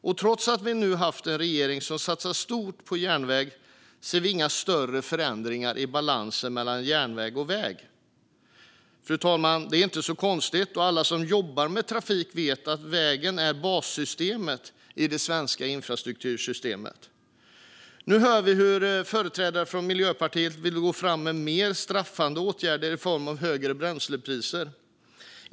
Och trots att vi nu har haft en regering som satsar stort på järnväg ser vi inga större förändringar i balansen mellan järnväg och väg. Fru talman! Det är inte så konstigt, då alla som jobbar med trafik vet att vägen är bassystemet i det svenska infrastruktursystemet. Nu hör vi hur företrädare för Miljöpartiet vill gå fram med mer straffande åtgärder i form av högre bränslepriser.